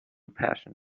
passion